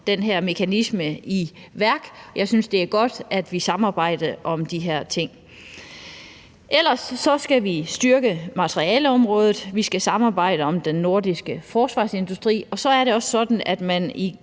den her mekanisme i værk. Jeg synes, det er godt, at vi samarbejder om de her ting. Vi skal også styrke materielområdet, vi skal samarbejde om den nordiske forsvarsindustri, og så er det også sådan, at man